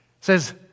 says